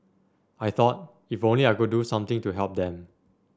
I thought if only I could do something to help them